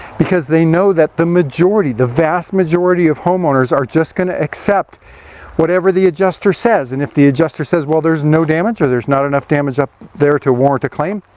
because they know that the majority the vast majority of homeowners are just going to accept whatever the adjuster says, and if the adjuster says well there's no damage or there's not enough damage up there to warrant a claim